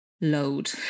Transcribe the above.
load